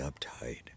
uptight